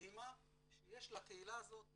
המדהימה שיש לקהילה הזאת להציע,